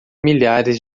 milhares